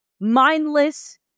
mindless